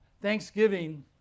Thanksgiving